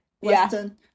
Western